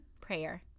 prayer